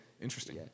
interesting